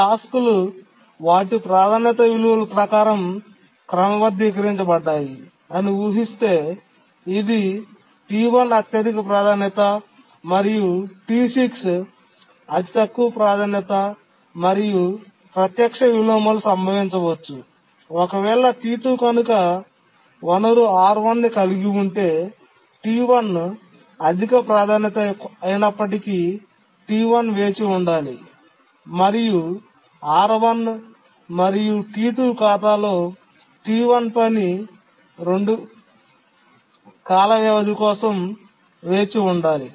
టాస్క్లు వాటి ప్రాధాన్యత విలువల ప్రకారం క్రమబద్ధీకరించబడ్డాయి అని వుహిస్తే అది T1 అత్యధిక ప్రాధాన్యత మరియు T6 అతి తక్కువ ప్రాధాన్యత మరియు ప్రత్యక్ష విలోమాలు సంభవించవచ్చు ఒకవేళ T2 కనుక వనరు R1 ని కలిగి ఉంటే T1 అధిక ప్రాధాన్యత అయినప్పటికీ T1 వేచి ఉండాలి మరియు R1 మరియు T2 ఖాతాలో T1 పని 2 కాలవ్యవధి కోసం వేచి ఉండాలి